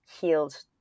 healed